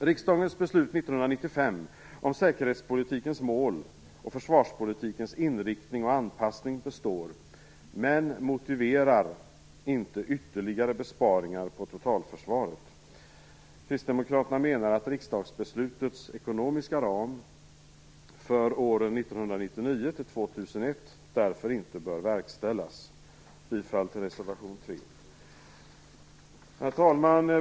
Riksdagens beslut år 1995 om säkerhetspolitikens mål och försvarspolitikens inriktning och anpassning består men motiverar inte ytterligare besparingar på totalförsvaret. Kristdemokraterna menar att riksdagsbeslutets ekonomiska ram för åren 1999-2001 därför inte bör verkställas. Jag yrkar bifall till reservation 3. Herr talman!